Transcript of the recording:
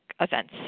events